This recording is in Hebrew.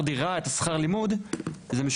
דירה אני צריך את ההתנדבות הזו למלגה.